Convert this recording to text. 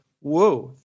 Whoa